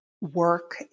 work